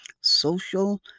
social